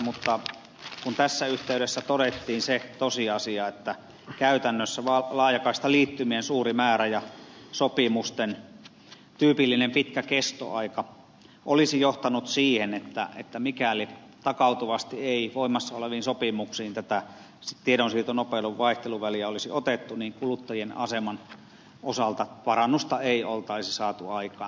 mutta tässä yhteydessä todettiin se tosiasia että käytännössä laajakaistaliittymien suuri määrä ja sopimusten tyypillinen pitkä kestoaika olisi johtanut siihen että mikäli takautuvasti ei voimassa oleviin sopimuksiin tätä tiedonsiirtonopeuden vaihteluväliä olisi otettu niin kuluttajien aseman osalta parannusta ei olisi saatu aikaan